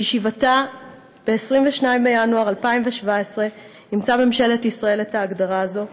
בישיבתה ב-22 בינואר 2017 אימצה ממשלת ישראל את ההגדרה הזאת,